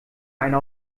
einer